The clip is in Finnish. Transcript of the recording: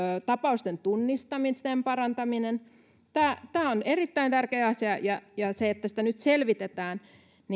tapausten tunnistamisen parantaminen tämä tämä on erittäin tärkeä asia ja se että sitä nyt selvitetään